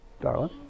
darling